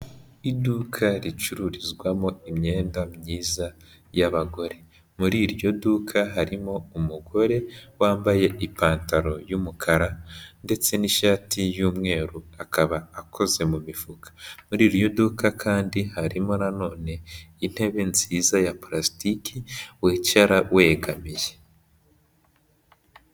Iduka ricururizwamo imyenda myiza y'abagore. Muri iryo duka, harimo umugore wambaye ipantaro y'umukara ndetse n'ishati y'umweru, akaba akoze mu mifuka. Muri iryo duka kandi harimo nanone intebe nziza ya purasitike wicara wegamiye.